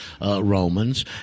Romans